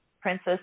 Princess